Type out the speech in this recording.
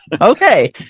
Okay